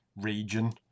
region